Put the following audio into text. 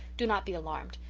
do not be alarmed.